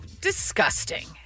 disgusting